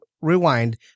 Rewind